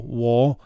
war